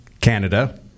Canada